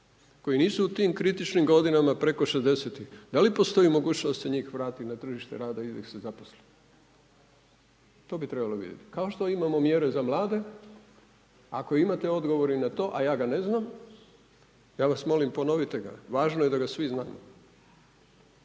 koji nisu u tim kritičnim godinama preko 60 da li postoji mogućnost i njih vratiti na tržište rada i da ih se zaposli. To bi trebalo vidjeti kao što imamo mjere za mlade, ako imate odgovor i na to a ja ga ne znam ja vas molim ponovite ga. Važno je da ga svi znamo